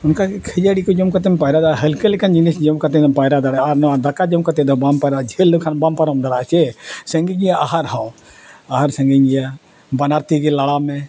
ᱚᱱᱠᱟ ᱜᱮ ᱠᱷᱟᱹᱡᱟᱹᱲᱤ ᱠᱚ ᱡᱚᱢ ᱠᱟᱛᱮᱢ ᱯᱟᱭᱨᱟ ᱫᱟᱲᱮᱭᱟᱜᱼᱟ ᱦᱟᱹᱞᱠᱟᱹ ᱞᱮᱠᱟᱱ ᱡᱤᱱᱤᱥ ᱡᱚᱢ ᱠᱟᱛᱮᱜᱮᱢ ᱯᱟᱭᱨᱟ ᱫᱟᱲᱮᱭᱟᱜᱼᱟ ᱟᱨ ᱱᱚᱣᱟ ᱫᱟᱠᱟ ᱡᱚᱢ ᱠᱟᱛᱮᱫ ᱫᱚ ᱵᱟᱢ ᱯᱟᱭᱨᱟ ᱡᱷᱟᱹᱞ ᱞᱮᱠᱷᱟᱱ ᱵᱟᱢ ᱯᱟᱨᱚᱢ ᱫᱟᱲᱮᱭᱟᱜᱼᱟ ᱥᱮ ᱥᱟᱺᱜᱤᱧ ᱜᱮᱭᱟ ᱟᱦᱟᱨ ᱦᱚᱸ ᱟᱦᱟᱨ ᱥᱟᱺᱜᱤᱧ ᱜᱮᱭᱟ ᱵᱟᱱᱟᱨ ᱛᱤᱜᱮ ᱞᱟᱲᱟᱣ ᱢᱮ